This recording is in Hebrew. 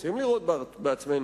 רוצים לראות בעצמנו,